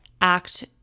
act